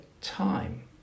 time